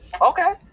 Okay